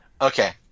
Okay